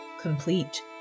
complete